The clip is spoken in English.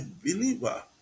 believer